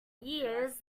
years